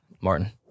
Martin